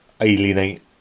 alienate